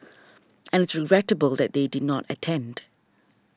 and regrettable that they did not attend